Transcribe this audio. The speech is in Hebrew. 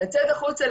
לצאת החוצה,